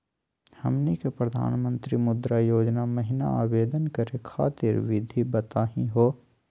हमनी के प्रधानमंत्री मुद्रा योजना महिना आवेदन करे खातीर विधि बताही हो?